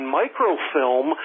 microfilm